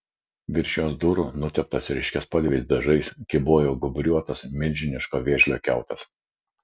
virš jos durų nuteptas ryškiaspalviais dažais kybojo gūbriuotas milžiniško vėžlio kiautas